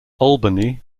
albany